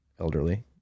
elderly